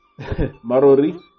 Marori